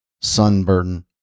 sunburned